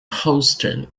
houston